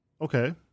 Okay